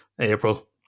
april